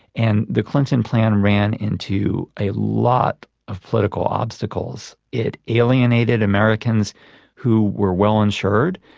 and the clinton plan ran into a lot of political obstacles. it eliminated americans who were well insured,